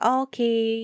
okay